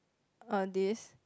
err this